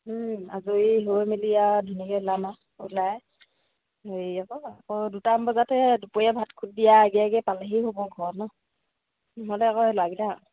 আজৰি হৈ মেলি আৰু ধুনীয়াকে ওলাম আৰু ওলাই হেৰি আকৌ আকৌ দুটামান বজাততে দুপৰীয়া ভাত খুত দিয়া আগে আগে পালেহি হ'ব ঘৰত ন নহ'লে আকৌ ল'ৰাগিটা